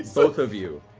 both of you.